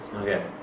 Okay